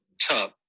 tub